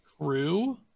Crew